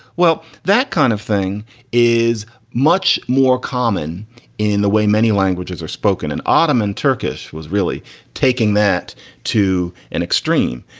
well, that kind of thing is much more common in the way many languages are spoken in ottoman. turkish was really taking that to an extreme.